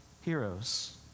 Heroes